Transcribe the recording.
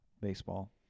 baseball